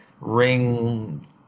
ring